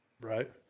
Right